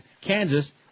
Kansas